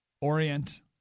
orient